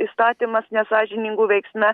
įstatymas nesąžiningų veiksme